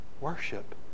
worship